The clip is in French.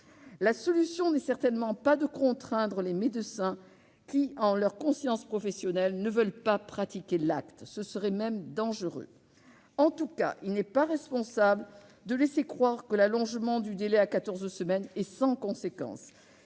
La solution n'est certainement pas de contraindre les médecins qui, au regard de leur conscience professionnelle, ne veulent pas pratiquer l'acte. Ce serait même dangereux. En tout cas, il n'est pas responsable de laisser croire que l'allongement du délai d'accès à l'IVG à quatorze semaines est sans conséquence.